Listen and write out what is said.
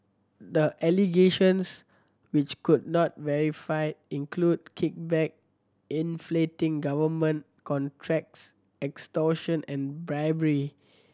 the allegations which could not verified include kickback inflating government contracts extortion and bribery